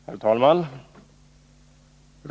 Herr talman!